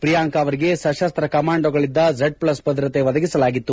ಪ್ರಿಯಾಂಕಾ ಅವರಿಗೆ ಸಶಸ್ತ ಕಮಾಂಡೋಗಳಿದ್ದ ಈ ಝಡ್ ಪ್ಲಸ್ ಭದ್ರತೆ ಒದಗಿಸಲಾಗಿತ್ತು